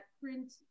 print